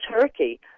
Turkey